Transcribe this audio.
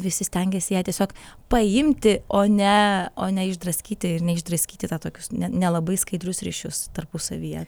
visi stengiasi ją tiesiog paimti o ne o ne išdraskyti ir neišdraskyti tą tokius ne nelabai skaidrius ryšius tarpusavyje